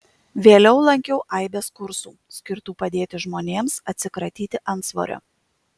vėliau lankiau aibes kursų skirtų padėti žmonėms atsikratyti antsvorio